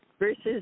versus